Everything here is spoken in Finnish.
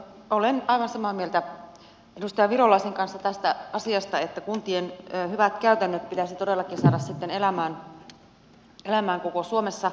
olen aivan samaa mieltä edustaja virolaisen kanssa tästä asiasta että kuntien hyvät käytännöt pitäisi todellakin saada elämään koko suomessa